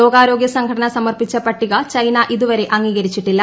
ലോകാരോഗ്യ സംഘടന് സമർപ്പിച്ച പട്ടിക ചൈന ഇതുവരെ അംഗീകരിച്ചിട്ടില്ല